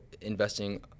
investing